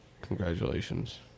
Congratulations